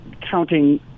counting